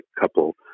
couple